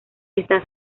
está